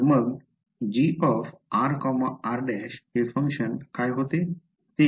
तर मग gr r′ हे फंक्शन काय होते